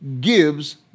gives